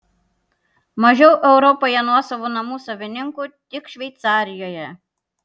mažiau europoje nuosavų namų savininkų tik šveicarijoje